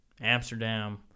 Amsterdam